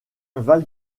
val